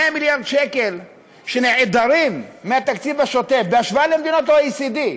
100 מיליארד שקל שנעדרים מהתקציב השוטף בהשוואה למדינות ה-OECD,